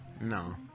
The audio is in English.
no